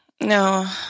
No